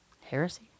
Heresy